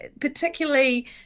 particularly